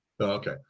Okay